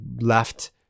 left